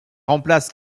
remplace